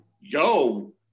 yo